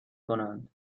کنند